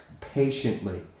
patiently